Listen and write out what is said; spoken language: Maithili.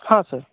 हॅं सर